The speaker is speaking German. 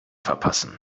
verpassen